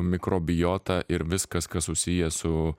mikrobiota ir viskas kas susiję su